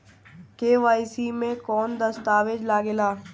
KYC मे कौन दश्तावेज लागेला?